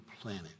planet